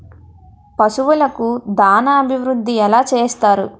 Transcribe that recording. పశువులకు దాన అభివృద్ధి ఎలా చేస్తారు?